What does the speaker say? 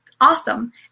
Awesome